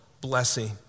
blessing